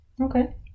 Okay